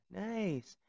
nice